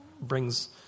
brings